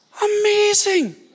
amazing